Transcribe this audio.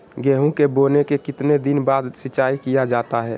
गेंहू के बोने के कितने दिन बाद सिंचाई किया जाता है?